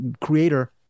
creator